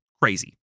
crazy